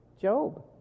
Job